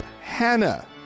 Hannah